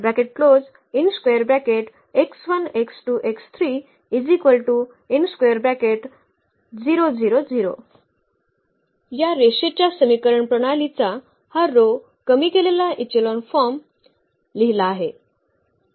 या रेषेच्या समीकरण प्रणालीचा हा row कमी केलेला एक्चेलॉन फॉर्म लिहिला आहे